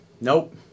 Nope